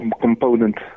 component